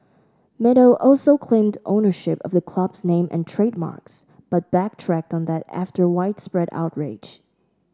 meadow also claimed ownership of the club's name and trademarks but backtracked on that after widespread outrage